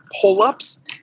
pull-ups